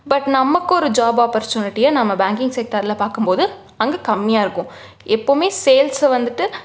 but நம்மக்கு ஒரு job ஆப்பர்ச்சுனிட்டியை நம்ம பேங்கிங் செக்ட்டாரில் பார்க்கும்போது அங்கே கம்மியாக இருக்கும் எப்போவுமே சேல்ஸை வந்துவிட்டு